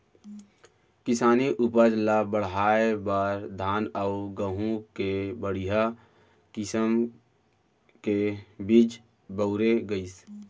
किसानी उपज ल बढ़ाए बर धान अउ गहूँ के बड़िहा किसम के बीज बउरे गइस